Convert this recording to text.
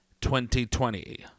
2020